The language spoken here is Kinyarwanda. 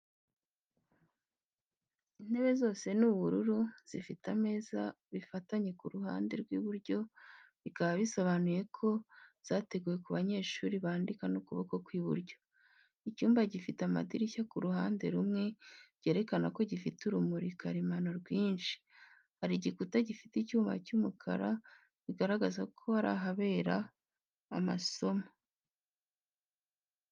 Intebe zose ni ubururu zifite ameza azifatanye ku ruhande rw'iburyo, bikaba bisobanuye ko zateguwe ku banyeshuri bandika n'ukuboko kw’iburyo. Icyumba gifite amadirishya ku ruhande rumwe, byerekana ko gifite urumuri karemano rwinshi, hari igikuta gifite icyuma cy’umukara bigaragaza ko ari ahabera amasomo.